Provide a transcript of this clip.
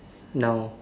now